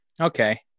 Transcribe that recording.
okay